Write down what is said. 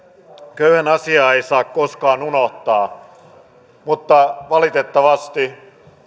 köyhän asiaa ei saa koskaan unohtaa mutta valitettavasti